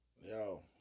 Yo